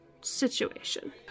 situation